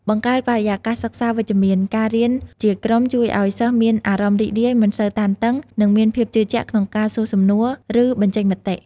បង្កើតបរិយាកាសសិក្សាវិជ្ជមាន ការរៀនជាក្រុមជួយឲ្យសិស្សមានអារម្មណ៍រីករាយ មិនសូវតានតឹង និងមានភាពជឿជាក់ក្នុងការសួរសំណួរ ឬបញ្ចេញមតិ។